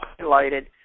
highlighted